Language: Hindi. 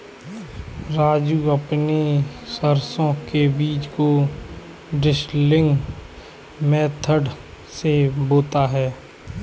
राजू अपने सरसों के बीज को ड्रिलिंग मेथड से बोता है